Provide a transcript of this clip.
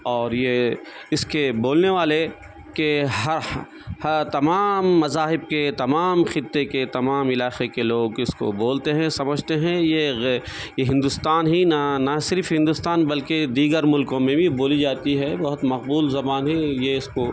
اور یہ اس کے بولنے والے کے ہر تمام مذاہب کے تمام خطے کے تمام علاقے کے لوگ اس کو بولتے ہیں سمجھتے ہیں غے یہ ہندوستان ہی نہ نہ صرف ہندوستان بلکہ دیگر ملکوں میں بھی بولی جاتی ہے بہت مقبول زبان ہے یہ یہ اس کو